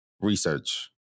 research